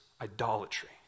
idolatry